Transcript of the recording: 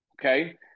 Okay